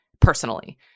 personally